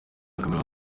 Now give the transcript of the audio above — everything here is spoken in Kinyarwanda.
y’imyaka